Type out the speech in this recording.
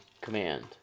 command